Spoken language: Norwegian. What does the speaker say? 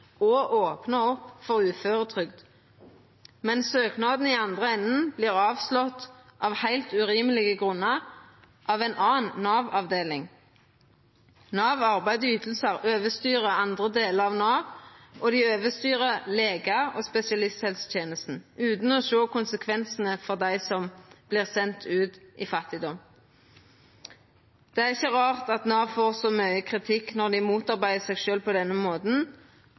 og opnar for uføretrygd. Men i den andre enden vert søknaden avslått, av heilt urimelege grunnar, av ei anna Nav-avdeling. Nav arbeid og ytingar overstyrer andre delar av Nav, og dei overstyrer legar og spesialisthelsetenesta, utan å sjå konsekvensane for dei som vert sende ut i fattigdom. Det er ikkje rart at Nav får så mykje kritikk når dei motarbeider seg sjølve på denne måten,